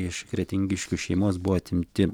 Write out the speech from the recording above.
iš kretingiškių šeimos buvo atimti